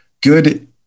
good